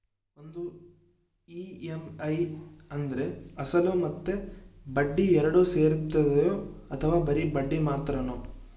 ಒಂದು ಇ.ಎಮ್.ಐ ಅಂದ್ರೆ ಅಸಲು ಮತ್ತೆ ಬಡ್ಡಿ ಎರಡು ಸೇರಿರ್ತದೋ ಅಥವಾ ಬರಿ ಬಡ್ಡಿ ಮಾತ್ರನೋ?